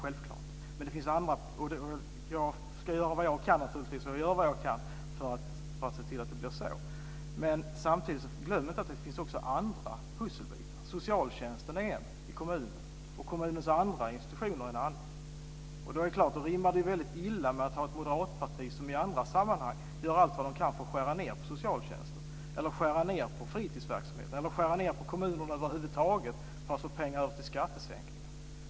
Jag ska naturligtvis göra vad jag kan - och jag gör vad jag kan - för att se till att det blir så. Samtidigt ska vi inte glömma att det också finns andra pusselbitar. Socialtjänsten i kommunen är en, och kommunens andra institutioner är en annan. Då rimmar det väldigt illa med att det moderata partiet i andra sammanhang gör allt vad det kan för att skära ned på socialtjänsten, på fritidsverksamheten eller på kommunerna över huvud taget för att få pengar över till skattesänkningar.